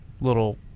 little